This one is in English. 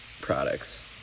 products